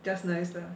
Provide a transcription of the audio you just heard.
just nice lah